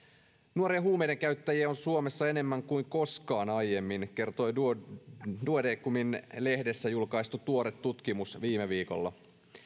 nuoria huumeidenkäyttäjiä on suomessa enemmän kuin koskaan aiemmin kertoi duodecimin duodecimin lehdessä julkaistu tuore tutkimus viime viikolla